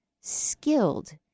skilled